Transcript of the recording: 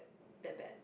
that bad